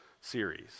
series